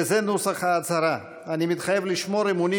וזה נוסח ההצהרה: אני מתחייב לשמור אמונים